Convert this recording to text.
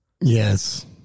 Yes